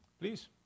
please